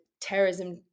terrorism